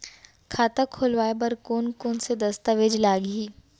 खाता खोलवाय बर कोन कोन से दस्तावेज लागही?